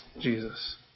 Jesus